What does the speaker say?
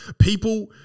People